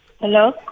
Hello